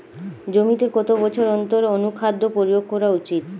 জমিতে কত বছর অন্তর অনুখাদ্য প্রয়োগ করা উচিৎ?